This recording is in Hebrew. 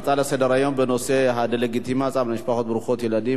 ההצעה לסדר-היום בנושא הדה-לגיטימציה למשפחות ברוכות ילדים,